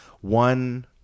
one